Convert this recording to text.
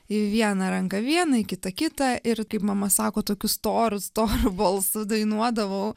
į vieną ranką vieną į kitą kitą ir kaip mama sako tokiu storu storu balsu dainuodavau